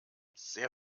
sehr